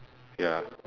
ya